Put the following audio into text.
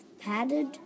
padded